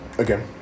Again